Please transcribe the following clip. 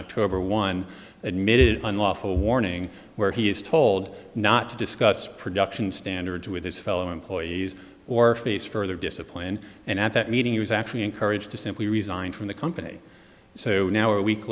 october one admitted unlawful warning where he is told not to discuss production standards with his fellow employees or face further discipline and at that meeting he was actually encouraged to simply resign from the company so now a week